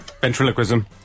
Ventriloquism